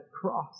cross